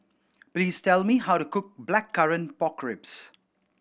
please tell me how to cook Blackcurrant Pork Ribs